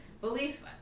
belief